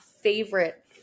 favorite